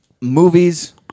movies